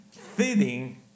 feeding